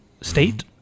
state